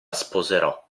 sposerò